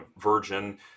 virgin